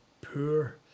poor